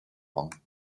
rangs